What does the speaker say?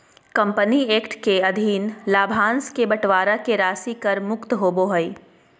company act के अधीन लाभांश के बंटवारा के राशि कर मुक्त होबो हइ